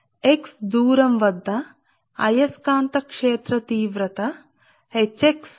కాబట్టి అన్నీ ఈ బిందువు మధ్య కేంద్రీకృతమై ఉన్నాయి q ఇక్కడ p ఇక్కడ తీసుకోబడింది